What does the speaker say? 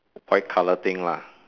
white colour thing lah